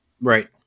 Right